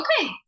okay